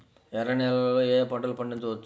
ఎర్ర నేలలలో ఏయే పంటలు పండించవచ్చు?